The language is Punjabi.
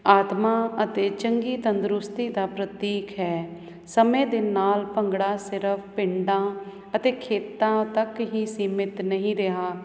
ਆਤਮਾ ਅਤੇ ਚੰਗੀ ਤੰਦਰੁਸਤੀ ਦਾ ਪ੍ਰਤੀਕ ਹੈ ਸਮੇਂ ਦੇ ਨਾਲ ਭੰਗੜਾ ਸਿਰਫ ਪਿੰਡਾਂ ਅਤੇ ਖੇਤਾਂ ਤੱਕ ਹੀ ਸੀਮਿਤ ਨਹੀਂ ਰਿਹਾ